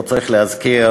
פה צריך להזכיר,